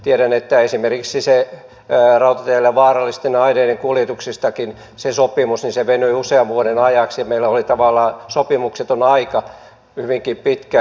tiedän että esimerkiksi se sopimus vaarallisten aineiden kuljetuksista rautateillä venyi usean vuoden ajaksi ja meillä oli tavallaan sopimukseton aika hyvinkin pitkään